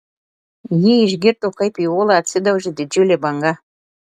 ji išgirdo kaip į uolą atsidaužė didžiulė banga